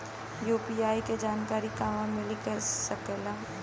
UPI के जानकारी कहवा मिल सकेले?